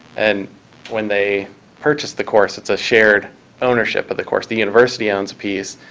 and when they purchase the course, it's a shared ownership of the course. the university owns a piece,